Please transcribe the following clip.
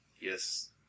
Yes